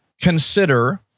consider